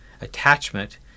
Attachment